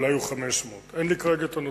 אולי הוא 500. אין לי כרגע הנתון,